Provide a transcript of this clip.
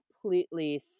completely